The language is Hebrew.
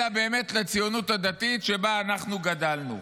אלא באמת הציונות הדתית שבה אנחנו גדלנו.